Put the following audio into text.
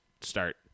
start